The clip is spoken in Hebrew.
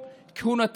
סדר-היום.